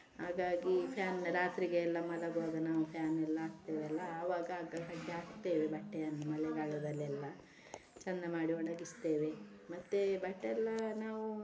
ಹಾಗಾಗಿ ಫ್ಯಾನ್ ರಾತ್ರಿಗೆ ಎಲ್ಲ ಮಲಗುವಾಗ ನಾವು ಫ್ಯಾನ್ ಎಲ್ಲ ಹಾಕ್ತೇವೆ ಅಲ್ಲ ಆವಾಗ ಹಾಕ್ತೇವೆ ಬಟ್ಟೆಯನ್ನು ಮಳೆಗಾಲದಲ್ಲಿ ಎಲ್ಲ ಚೆಂದ ಮಾಡಿ ಒಣಗಿಸ್ತೇವೆ ಮತ್ತೆ ಬಟ್ಟೆ ಎಲ್ಲ ನಾವು